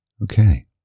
Okay